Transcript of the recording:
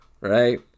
right